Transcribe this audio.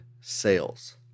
sales